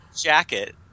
jacket